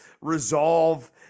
resolve